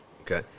Okay